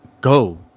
go